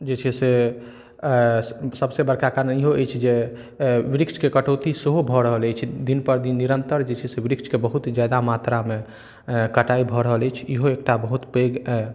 जे छै से सबसँ बड़का कारण ईहो अछि जे वृक्षके कटौती सेहो भऽ रहल अछि दिनपर दिन निरन्तर जे छै वृक्षके बहुत ज्यादा मात्रामे कटाइ भऽ रहल अछि ईहो एकटा बहुत पैघ